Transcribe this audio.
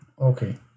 okay